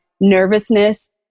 nervousness